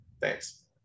Thanks